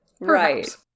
Right